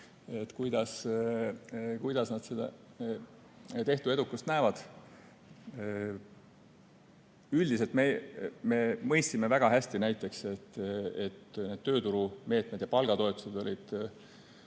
kuidas nad tehtu edukust näevad. Üldiselt me mõistsime väga hästi näiteks, et tööturumeetmed ja palgatoetused olid